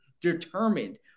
determined